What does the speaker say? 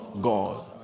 God